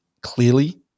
clearly